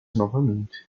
novamente